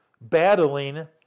battling